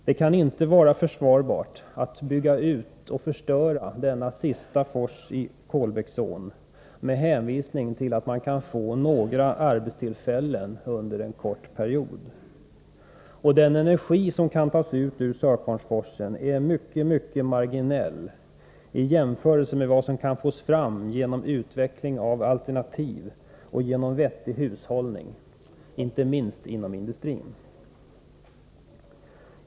Det kan inte vara försvarbart att bygga ut och förstöra denna sista fors i Kolbäcksån med hänvisning till att det kan ge några arbetstillfällen under en kort period. Den energi som kan tas ut ur Sörkvarnsforsen är mycket marginell i jämförelse med vad som kan fås fram genom utveckling av alternativ och genom en vettig hushållning, inte minst inom industrin.